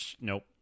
Nope